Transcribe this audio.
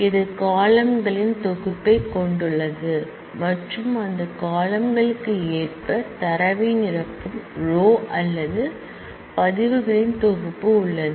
இது காலம்ன்களின் தொகுப்பைக் கொண்டுள்ளது மற்றும் அந்த காலம்ன்களுக்கு ஏற்ப தரவை நிரப்பும் ரோ அல்லது ரெக்கார்ட்ஸை கொண்டுள்ளது